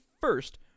first